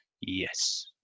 Yes